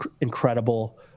incredible